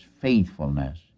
faithfulness